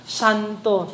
santo